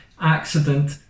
accident